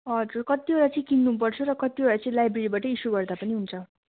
हजुर कतिवटा चाहिँ किन्नुपर्छ र कतिवटा चाहिँ लाइब्रेरीबाटै इस्यू गर्दा पनि हुन्छ